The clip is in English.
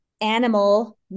animal